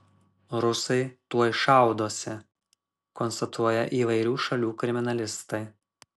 rusai tuoj šaudosi konstatuoja įvairių šalių kriminalistai